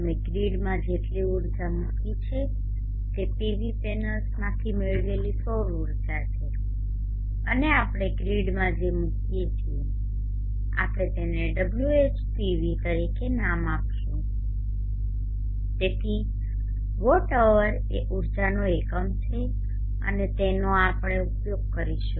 તમે ગ્રીડમાં જેટલી ઊર્જા મૂકી છે તે PV પેનલ્સમાંથી મેળવેલી સૌર ઊર્જા છે અને આપણે ગ્રીડમાં જે મૂકીએ છીએ આપણે તેને WHPV તરીકે નામ આપીશું તેથી વોટ અવર એ ઉર્જાનો એકમ છે અને તેનો આપણે ઉપયોગ કરી શકીશું